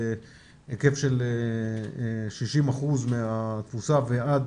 עד היקף של 60% מהתפוסה ועד